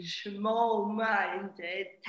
small-minded